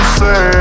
say